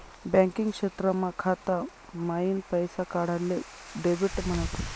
banking क्षेत्रमा खाता माईन पैसा काढाले डेबिट म्हणतस